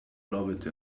loved